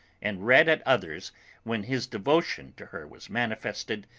and red at others when his devotion to her was manifested,